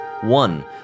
One